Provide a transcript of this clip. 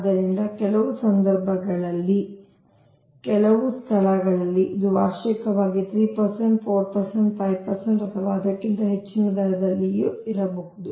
ಆದ್ದರಿಂದ ಕೆಲವು ಸಂದರ್ಭಗಳಲ್ಲಿ ಕೆಲವು ಸ್ಥಳಗಳಲ್ಲಿ ಇದು ವಾರ್ಷಿಕವಾಗಿ 3 4 5 ಅಥವಾ ಅದಕ್ಕಿಂತ ಹೆಚ್ಚಿನ ದರದಲ್ಲಿರಬಹುದು